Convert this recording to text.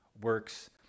works